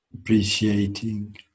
appreciating